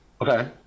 Okay